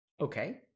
Okay